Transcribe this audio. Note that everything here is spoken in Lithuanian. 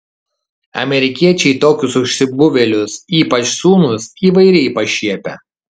amerikiečiai tokius užsibuvėlius ypač sūnus įvairiai pašiepia